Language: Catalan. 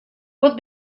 pot